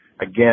Again